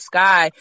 Sky